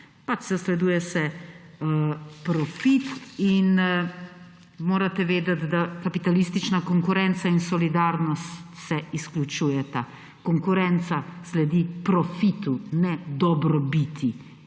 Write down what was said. pač zasleduje se profit. In morate vedeti, da kapitalistična konkurenca in solidarnost se izključujeta. Konkurenca sledi profitu, ne dobrobiti.